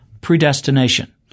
predestination